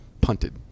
punted